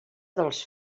dels